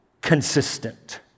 consistent